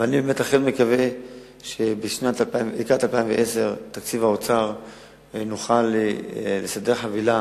ואני אכן מקווה שלקראת 2010 בתקציב האוצר נוכל לסדר חבילה